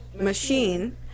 machine